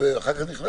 אחר כך נכנסתי.